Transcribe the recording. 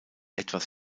etwas